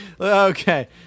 okay